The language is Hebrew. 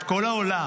את כל העולם,